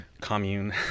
commune